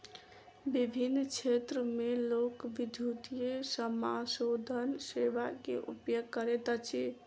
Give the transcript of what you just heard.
विभिन्न क्षेत्र में लोक, विद्युतीय समाशोधन सेवा के उपयोग करैत अछि